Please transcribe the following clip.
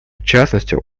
частности